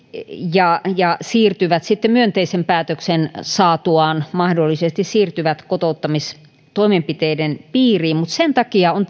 ja ja siirtyvät myönteisen päätöksen saatuaan mahdollisesti siirtyvät kotouttamistoimenpiteiden piiriin sen takia on